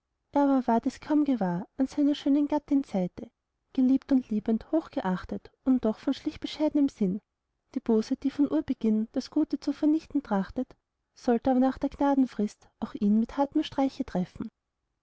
aber ward es kaum gewahr an seiner schönen gattin seite geliebt und liebend hochgeachtet und doch von schlicht bescheidnem sinn die bosheit die von urbeginn das gute zu vernichten trachtet sollt aber nach der gnadenfrist auch ihn mit hartem streiche treffen